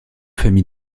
familles